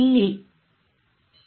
ಹೌದು